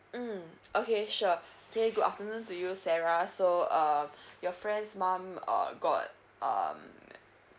mm okay sure K good afternoon to you sarah so um your friend's mom uh got um